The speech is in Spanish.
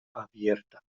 abierta